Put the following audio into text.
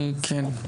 כן,